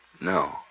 No